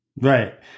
Right